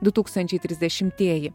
du tūkstančiai trisdešimtieji